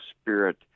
spirit